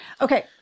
Okay